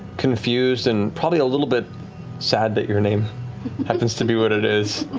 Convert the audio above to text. confused and probably a little bit sad that your name happens to be what it is.